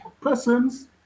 persons